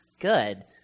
good